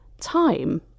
Time